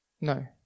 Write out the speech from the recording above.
No